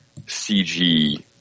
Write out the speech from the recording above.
cg